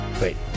Wait